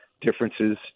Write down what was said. differences